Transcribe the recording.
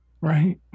Right